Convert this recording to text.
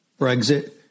Brexit